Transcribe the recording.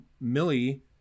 millie